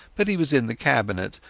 but he was in the cabinet,